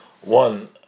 one